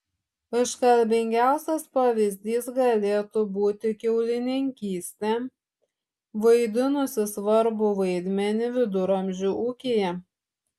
iškalbingiausias pavyzdys galėtų būti kiaulininkystė vaidinusi svarbų vaidmenį viduramžių ūkyje